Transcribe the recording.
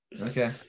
Okay